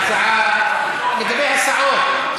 לגבי הסעות.